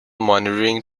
monitoring